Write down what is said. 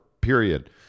period